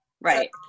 right